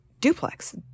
duplex